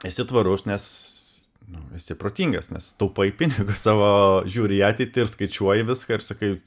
esi tvarus nes nu esi protingas nes taupai pinigus savo žiūri į ateitį ir skaičiuoji viską ir sakai